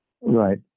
Right